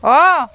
অঁ